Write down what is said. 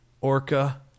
Orca